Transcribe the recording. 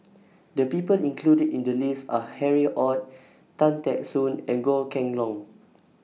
The People included in The list Are Harry ORD Tan Teck Soon and Goh Kheng Long